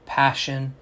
passion